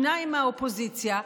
שניים מהאופוזיציה,